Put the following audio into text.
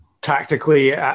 tactically